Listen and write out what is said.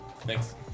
Thanks